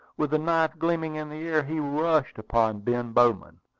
with the knife gleaming in the air, he rushed upon ben bowman.